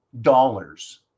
dollars